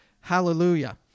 Hallelujah